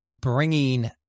bringing